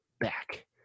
back